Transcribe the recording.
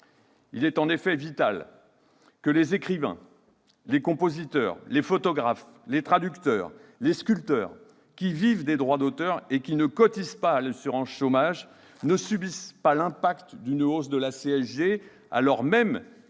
Il est en effet vital que les écrivains, les compositeurs, les photographes, les traducteurs, les sculpteurs, qui vivent des droits d'auteur et qui ne cotisent pas à l'assurance chômage, ne subissent pas l'impact d'une hausse de la CSG, alors même